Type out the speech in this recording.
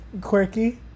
quirky